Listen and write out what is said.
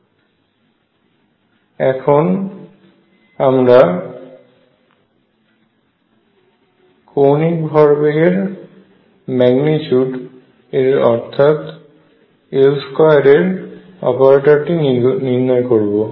এখন আমরা এখন আমরা কৌণিক ভরবেগের ম্যাগনিটিউড এর অর্থাৎ L2 এর অপারেটরটিকে নির্ণয় করব